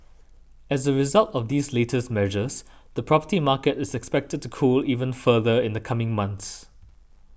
as a result of these latest measures the property market is expected to cool even further in the coming months